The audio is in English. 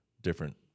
different